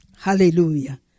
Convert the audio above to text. Hallelujah